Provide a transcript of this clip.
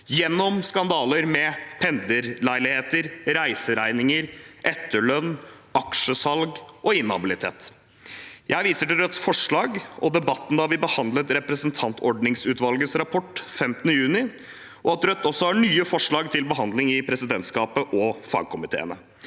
gjennom skandaler med pendlerleiligheter, reiseregninger, etterlønn, aksjesalg og inhabilitet. Jeg viser til Rødts forslag og debatten da vi behandlet representantordningsutvalgets rapport 15. juni. Rødt har også nye forslag til behandling i presidentskapet og fagkomiteene.